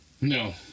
No